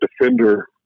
defender